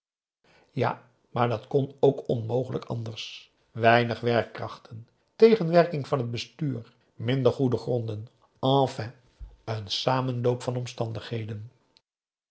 ja maar dat kon ook onmogelijk anders weinig werkkrachten tegenwerking van het bestuur minder goede gronden enfin n samenloop van omstandigheden